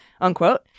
unquote